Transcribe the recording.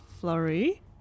flurry